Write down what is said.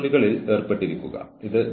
ഭീഷണിപ്പെടുത്തലിന്റെ തരങ്ങൾ